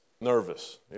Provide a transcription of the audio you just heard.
nervous